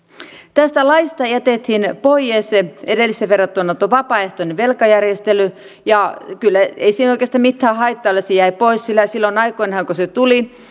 tästä laista jätettiin pois edelliseen verrattuna tuo vapaaehtoinen velkajärjestely ja ei siinä oikeastaan mitään haittaa ole että se jäi pois sillä silloin aikoinaan kun se tuli